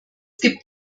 gibt